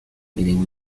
meaning